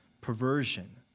perversion